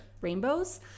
rainbows